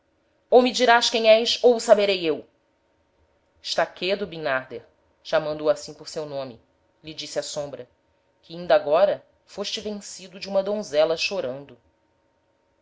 ou me dirás quem és ou o saberei eu está quedo bimnarder chamando o assim por seu nome lhe disse a sombra que inda agora foste vencido de uma donzela chorando